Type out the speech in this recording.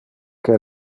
que